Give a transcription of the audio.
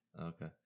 Okay